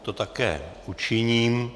To také učiním.